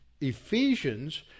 Ephesians